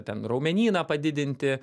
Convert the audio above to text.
ten raumenyną padidinti